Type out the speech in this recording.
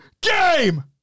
game